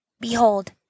Behold